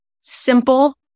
Simple